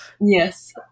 Yes